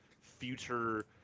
future